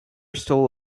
stole